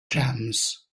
jams